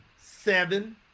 Seven